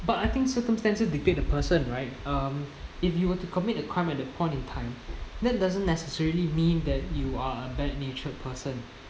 but I think circumstances dictate the person right um if you want to commit a crime at that point in time that doesn't necessarily mean that you are a bad natured person